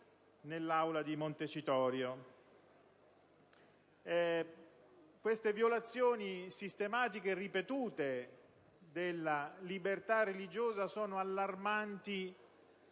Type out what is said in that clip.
Queste violazioni sistematiche e ripetute della libertà religiosa sono allarmanti,